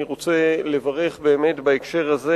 אני רוצה לברך באמת, בהקשר הזה,